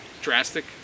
drastic